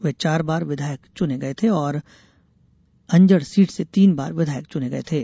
वे चार बार विधायक चुने गये थे और अंजड़ सीट से तीन बार विधायक चुने गये थे